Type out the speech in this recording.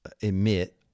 emit